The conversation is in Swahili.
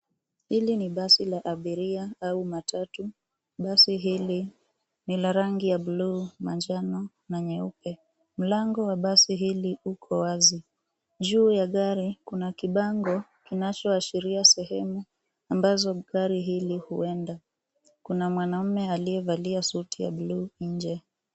Hili ni basi la abiria au matatu. Basi hili ni la rangi ya buluu manjano na nyeupe. Mlango wa basi hili uko wazi. Juu ya gari kuna kibango kinachoashiria sehemu ambazo gari hili huenda. Kuna mwanaume aliyevalia suti ya buluu nje.